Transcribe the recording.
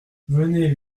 venez